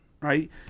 Right